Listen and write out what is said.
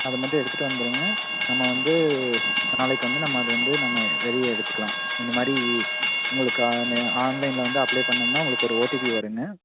அதை மட்டும் எடுத்துகிட்டு வந்துடுங்க நம்ம வந்து நாளைக்கு வந்து நம்ம அது வந்து நம்ம வெளியே எடுத்துக்கலாம் இந்தமாதிரி உங்களுக்கு ஆனு ஆன்லைனில் வந்து அப்ளே பண்ணோம்ன்னா உங்களுக்கு ஒரு ஓடிபி வருங்க